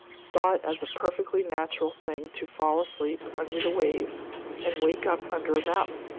saw as a perfectly natural thing to fall asleep under the waves and wake up under a mountain.